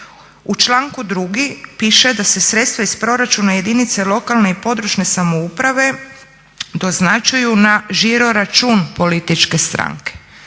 U članku 2. piše da se sredstva iz proračuna jedinice lokalne i područne samouprave doznačuju na žiroračun političke stranke.